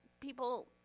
people